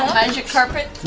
magic carpet?